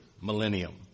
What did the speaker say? millennium